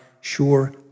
sure